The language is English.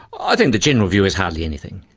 i think the general view is hardly anything.